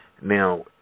Now